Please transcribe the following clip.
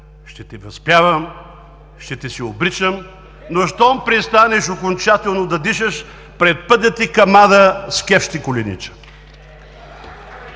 ще те възпявам, ще ти се обричам, но щом престанеш окончателно да дишаш, пред пътя ти към ада, с кеф ще коленича“.